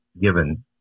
given